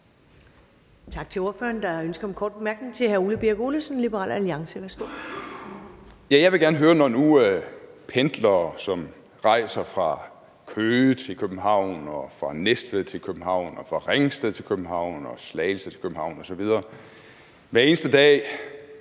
Birk Olesen (LA): Når nu pendlere, som rejser fra Køge til København, fra Næstved til København, fra Ringsted til København, fra Slagelse til København osv. hver eneste dag